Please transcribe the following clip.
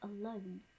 alone